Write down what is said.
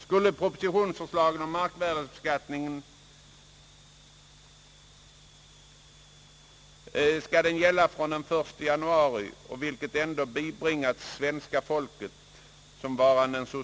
Skulle propositionsförslaget om markvärdesbeskattningen, som ursprungligen avsågs att gälla från den 1 januari — något som ändå bibringats svenska folket såsom varande den so.